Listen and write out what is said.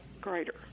greater